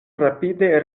rapide